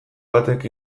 batek